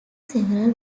several